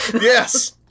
Yes